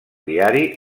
diari